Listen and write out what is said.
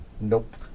Nope